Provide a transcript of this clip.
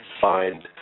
find